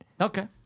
Okay